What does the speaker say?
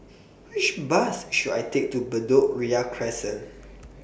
Which Bus should I Take to Bedok Ria Crescent